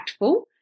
impactful